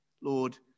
Lord